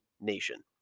Nation